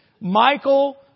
Michael